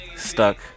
Stuck